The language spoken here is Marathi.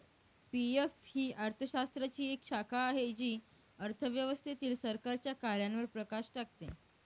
पी.एफ ही अर्थशास्त्राची एक शाखा आहे जी अर्थव्यवस्थेतील सरकारच्या कार्यांवर प्रकाश टाकते